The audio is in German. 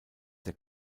der